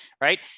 right